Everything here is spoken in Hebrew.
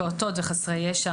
הפעוטות וחסרי ישע